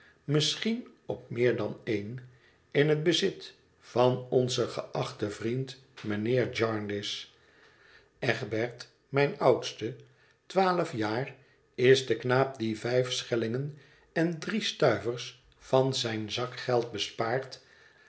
misschien op meer dan een in het bezit van onzen geachten vriend mijnheer jarndyce egbert mijn oudste twaalf jaar is de knaap die vijf schellingen en drie stuivers van zijn zakgeld bespaard